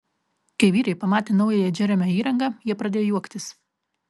kai vyrai pamatė naująją džeremio įrangą jie pradėjo juoktis